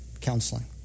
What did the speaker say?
Counseling